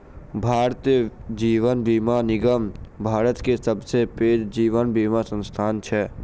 भारतीय जीवन बीमा निगम भारत के सबसे पैघ जीवन बीमा संस्थान छै